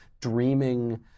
dreaming